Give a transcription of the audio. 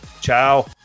ciao